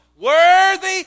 Worthy